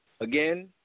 again